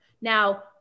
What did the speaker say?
Now